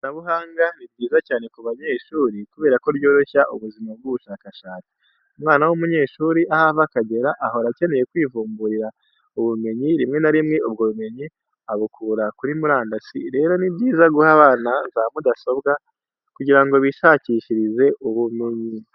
Ikoranabuhanga ni ryiza cyane ku banyeshuri kubera ko ryoroshya ubuzima bw'ubushakashatsi, umwana w'umunyeshuri, aho ava akagera ahora akeneye kwivumburira ubumenyi, rimwe na rimwe ubwo bumenyi abukura kuri murandasi, rero ni byiza guha abana za mudasobwa kugira bishakishirize ubumenyi.